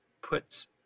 puts